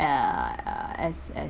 uh as as